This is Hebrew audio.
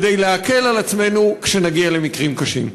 כדי להקל על עצמנו כשנגיע למקרים קשים.